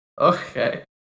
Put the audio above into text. Okay